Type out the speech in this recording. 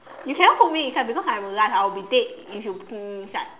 you cannot put me inside because I'll will like I'll be dead if you put me inside